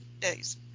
days